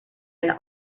einen